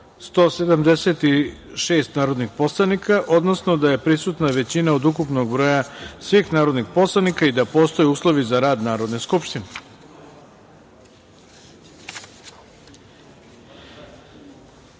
176 narodnih poslanika, odnosno da je prisutna većina od ukupnog broja svih narodnih poslanika i da postoje uslovi za rad Narodne skupštine. Da